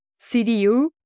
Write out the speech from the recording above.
CDU